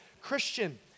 Christian